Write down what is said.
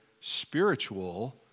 spiritual